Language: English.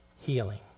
healing